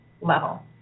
level